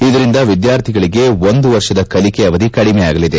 ಇದರಿಂದ ವಿದ್ಯಾರ್ಥಿಗಳಿಗೆ ಒಂದು ವರ್ಷದ ಕಲಿಕೆ ಅವಧಿ ಕಡಿಮೆಯಾಗಲಿದೆ